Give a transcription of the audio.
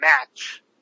match